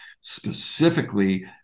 specifically